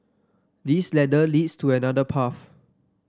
this ladder leads to another path